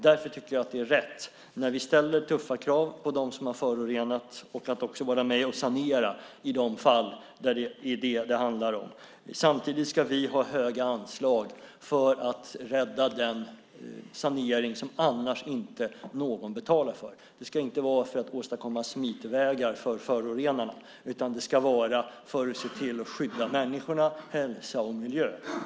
Därför tycker jag att det är rätt när vi ställer tuffa krav på dem som har förorenat att också vara med och sanera i de fall det handlar om. Samtidigt ska vi ha höga anslag för att rädda den sanering som annars inte någon betalar för. Det ska inte vara för att åstadkomma smitvägar för förorenarna, utan det ska vara för att se till att skydda människor, hälsa och miljö.